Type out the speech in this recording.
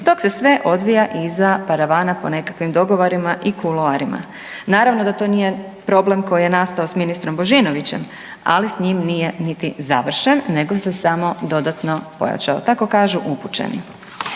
dok se sve odvija iza paravana po nekakvim dogovorima i kuloarima. Naravno da to nije problem koji je nastao sa ministrom Božinovićem, ali s njim nije niti završen, nego se samo dodatno pojačao tako kažu upućeni.